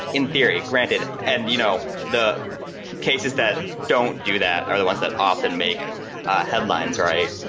in theory granted. and you know the cases that don't do that are the ones that often make headlines, right?